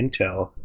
intel